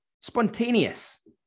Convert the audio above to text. spontaneous